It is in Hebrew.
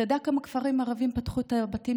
אתה יודע כמה כפרים ערביים פתחו את הבתים